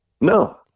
No